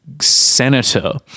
senator